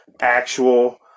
actual